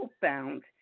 found